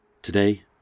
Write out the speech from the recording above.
Today